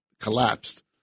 collapsed